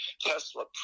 Tesla